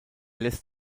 lässt